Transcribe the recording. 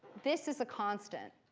this is a constant.